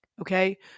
Okay